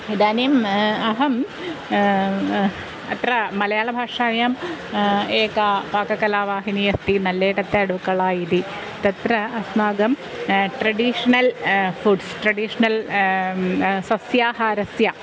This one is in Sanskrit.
इदानीम् अहम् अत्र मलयाळभाषायाम् एका पाककलावाहिनी अस्ति नल्लेटत्तेडुकळा इति तत्र अस्माकं ट्रेडिशनल् फ़ुड्स् ट्रेडिशनल् सस्याहारस्य